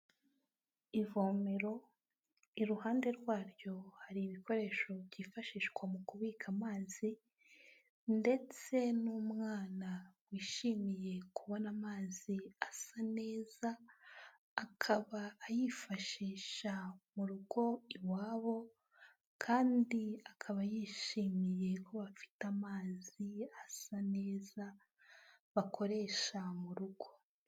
Ivomero, iruhande rwaryo hari ibikoresho byifashishwa mu kubika amazi, ndetse n'umwana wishimiye kubona amazi asa neza, akaba ayifashisha mu rugo iwabo, kandi akaba yishimiye ko bafite amazi asa neza bakoresha mu rugo.